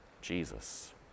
Jesus